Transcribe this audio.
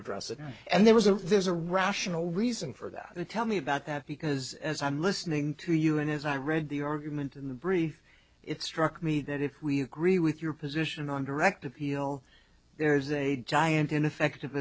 address it and there was a there's a rational reason for that to tell me about that because as i'm listening to you and as i read the argument in the brief it struck me that if we agree with your position on direct appeal there's a giant ineffective